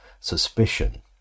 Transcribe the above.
suspicion